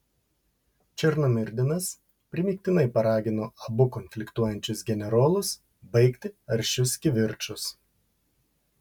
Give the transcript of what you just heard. černomyrdinas primygtinai paragino abu konfliktuojančius generolus baigti aršius kivirčus